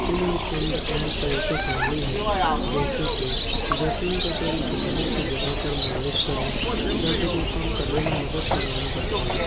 ان میں چند اہم طریقے شامل ہیں جیسے کہ زیتون کا تیل گھٹنے کی جگہ پر مالش کرنا درد کو کم کرنے میں مدد فراہم کرتا ہے